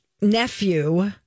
nephew